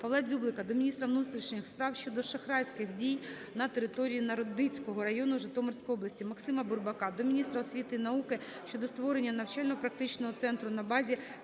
Павла Дзюблика до міністра внутрішніх справ щодо шахрайських дій на території Народицького району Житомирської області. Максима Бурбака до міністра освіти і науки щодо створення навчально-практичного центру на базі